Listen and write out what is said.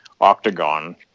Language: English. octagon